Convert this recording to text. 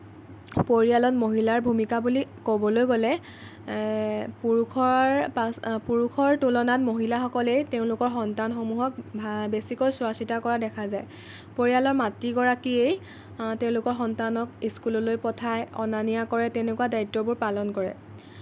পৰিয়ালত মহিলাৰ ভূমিকা বুলি ক'বলৈ গ'লে পুৰুষৰ পাছ পুৰুষৰ তুলনাত মহিলাসকলেই তেওঁলোকৰ সন্তানসমূহক ভাল বেছিকৈ চোৱা চিতা কৰা দেখা যায় পৰিয়ালৰ মাতৃগৰাকীয়েই তেওঁলোকৰ সন্তানক স্কুললৈ পঠিয়াই অনা নিয়া কৰে তেনেকুৱা দায়িত্ববোৰ পালন কৰে